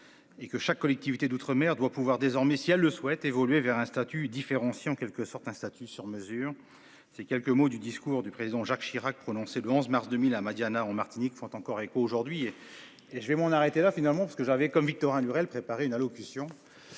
Et que chaque collectivité d'outre-mer doit pouvoir désormais si elle le souhaite évoluer vers un statut différencié en quelque sorte un statut sur mesure. Ces quelques mots du discours du président Jacques Chirac prononcé le 11 mars 2000 à Madiana en Martinique font encore écho aujourd'hui. Et j'ai mon arrêté là finalement parce que j'avais comme Victorin Lurel préparer une allocution.